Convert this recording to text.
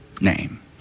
name